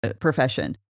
profession